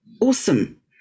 awesome